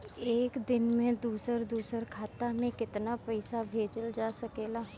एक दिन में दूसर दूसर खाता में केतना पईसा भेजल जा सेकला?